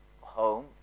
home